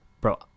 Bro